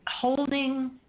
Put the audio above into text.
holding